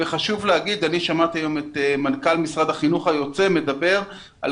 אני שמעתי היום את מנכ"ל משרד החינוך היוצא מדבר על